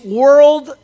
world